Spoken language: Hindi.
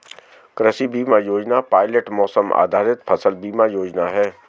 कृषि बीमा योजना पायलट मौसम आधारित फसल बीमा योजना है